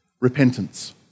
repentance